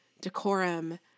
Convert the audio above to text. decorum